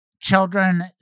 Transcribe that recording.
children